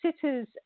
sitters